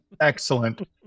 excellent